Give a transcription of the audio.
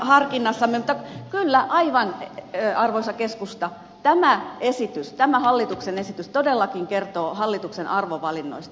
mutta kyllä aivan arvoisa keskusta tämä esitys tämä hallituksen esitys todellakin kertoo hallituksen arvovalinnoista